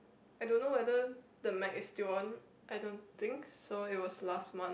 I don't know whether the Night is still on I don't think so it was last month